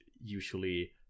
usually